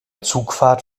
zugfahrt